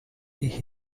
next